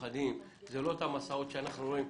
אלה לא אותן הסעות שאנחנו רואים.